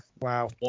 Wow